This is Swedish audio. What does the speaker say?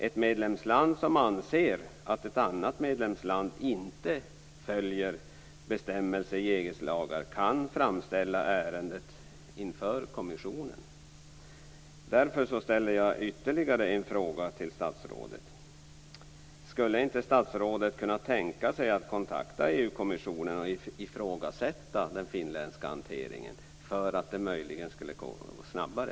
Ett medlemsland som anser att ett annat medlemsland inte följer bestämmelser i EG:s lagar kan framställa ärendet inför kommissionen. EU-kommissionen och ifrågasätta den finländska hanteringen för att det möjligen skall gå snabbare?